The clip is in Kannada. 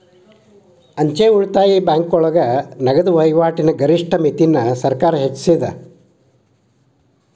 ಅಂಚೆ ಉಳಿತಾಯ ಬ್ಯಾಂಕೋಳಗ ನಗದ ವಹಿವಾಟಿನ ಗರಿಷ್ಠ ಮಿತಿನ ಸರ್ಕಾರ್ ಹೆಚ್ಚಿಸ್ಯಾದ